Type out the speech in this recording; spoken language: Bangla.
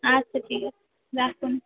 আচ্ছা ঠিক আছে রাখুন